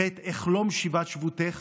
ועת אחלום שיבת שבותך